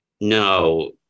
No